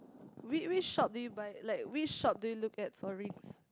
which which shop do you buy like which shop do you look at for rings